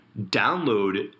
download